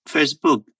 Facebook